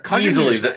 easily